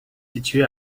situés